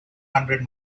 hundred